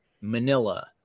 manila